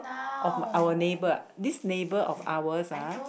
of our neighbour this neighbour of ours ah